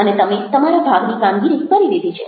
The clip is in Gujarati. અને તમે તમારા ભાગની કામગીરી કરી લીધી છે